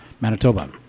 Manitoba